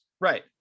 Right